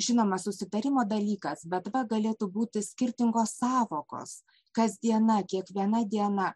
žinoma susitarimo dalykas bet va galėtų būti skirtingos sąvokos kas diena kiekviena diena